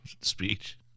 speech